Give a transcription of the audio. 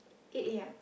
eight a_m